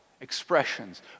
expressions